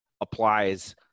applies